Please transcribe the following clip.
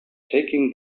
taking